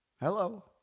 Hello